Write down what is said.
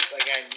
again